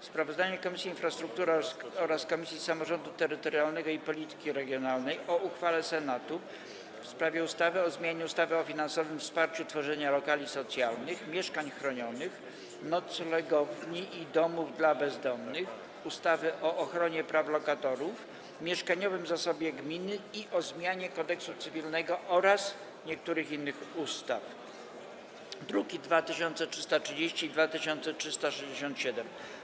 Sprawozdanie Komisji Infrastruktury oraz Komisji Samorządu Terytorialnego i Polityki Regionalnej o uchwale Senatu w sprawie ustawy o zmianie ustawy o finansowym wsparciu tworzenia lokali socjalnych, mieszkań chronionych, noclegowni i domów dla bezdomnych, ustawy o ochronie praw lokatorów, mieszkaniowym zasobie gminy i o zmianie Kodeksu cywilnego oraz niektórych innych ustaw (druki nr 2330 i 2367)